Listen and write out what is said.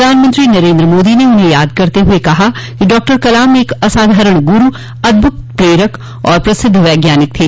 प्रधानमंत्री नरेन्द्र मोदी ने उन्हें याद करते हुए कहा कि डॉक्टर कलाम एक असाधारण गुरू अदभुत प्रेरक और प्रसिद्ध वैज्ञानिक थे